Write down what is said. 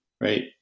right